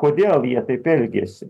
kodėl jie taip elgiasi